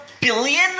billion